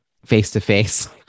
face-to-face